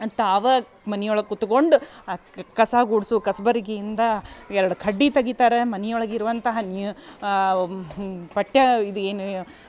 ತಾವೇ ಮನಿಯೊಳಗೆ ಕುತ್ಕೊಂಡು ಕಸ ಗುಡ್ಸೋ ಕಸಬರ್ಗೆಯಿಂದ ಎರಡು ಕಡ್ಡಿ ತೆಗಿತಾರ ಮನಿಯೊಳಗೆ ಇರುವಂತಹ ನ್ಯೂ ಪಠ್ಯ ಇದು ಏನು